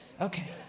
okay